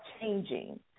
changing